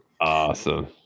awesome